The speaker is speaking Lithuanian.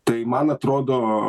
tai man atrodo